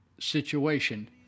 situation